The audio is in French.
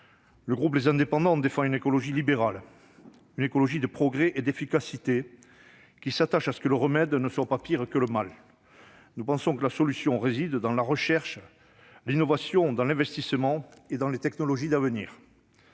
Le groupe Les Indépendants défend une écologie libérale, une écologie de progrès et d'efficacité, qui s'attache à ce que le remède ne soit pas pire que le mal. À nos yeux, la solution réside dans la recherche, dans l'innovation et dans l'investissement dans les technologies d'avenir.